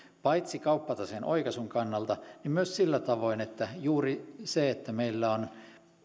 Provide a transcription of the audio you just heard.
paitsi kauppataseen oikaisun kannalta myös sillä tavoin että juuri se että meillä on